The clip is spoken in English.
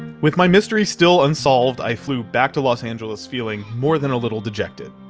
with my mystery still unsolved, i flew back to los angeles feeling more than a little dejected.